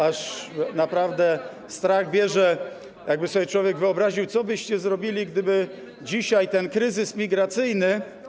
Aż naprawdę strach bierze, jakby sobie człowiek wyobraził, co byście zrobili, gdyby dzisiaj ten kryzys migracyjny.